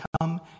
come